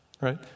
Right